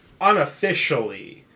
unofficially